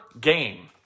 game